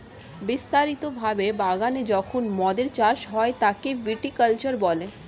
বিস্তারিত ভাবে বাগানে যখন মদের চাষ হয় তাকে ভিটি কালচার বলে